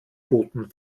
booten